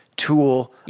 tool